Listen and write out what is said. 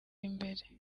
imbere